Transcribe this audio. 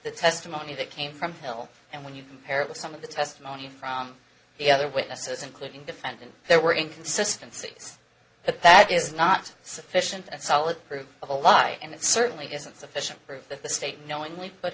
the testimony that came from hill and when you compare it with some of the testimony from the other witnesses including defendant there were inconsistencies but that is not sufficient solid proof of a lie and it certainly isn't sufficient proof that the state knowingly put